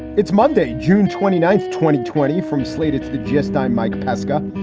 it's monday, june twenty ninth. twenty twenty from slated for the gist. i'm mike pesca.